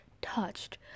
touched